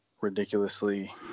ridiculously